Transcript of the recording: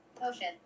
Ocean